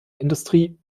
industrie